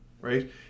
right